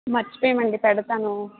మర్చిపోయామండి పెడతాను